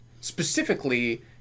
Specifically